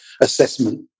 assessment